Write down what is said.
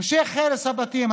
המשך הרס הבתים,